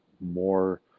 more